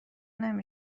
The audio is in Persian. نمی